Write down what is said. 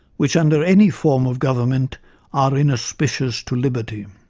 which under any form of government are inauspicious to liberty.